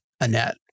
Annette